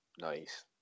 Nice